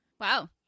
Wow